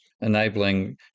enabling